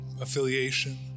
affiliation